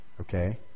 Okay